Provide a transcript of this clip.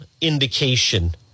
indication